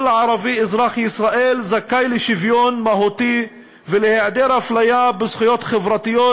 "כל ערבי אזרח ישראל זכאי לשוויון מהותי ולהיעדר אפליה בזכויות חברתיות,